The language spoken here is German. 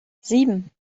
sieben